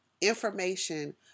information